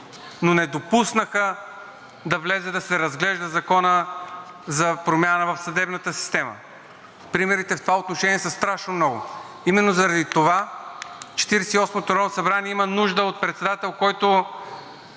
но не допуснаха да влезе и да се разглежда законът за промяна в съдебната система. Примерите в това отношение са страшно много и именно заради това Четиридесет и осмото народно събрание има нужда от председател, който